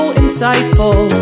insightful